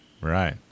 right